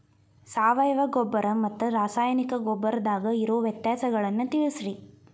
ಸಾವಯವ ಗೊಬ್ಬರ ಮತ್ತ ರಾಸಾಯನಿಕ ಗೊಬ್ಬರದಾಗ ಇರೋ ವ್ಯತ್ಯಾಸಗಳನ್ನ ತಿಳಸ್ರಿ